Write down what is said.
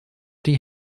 die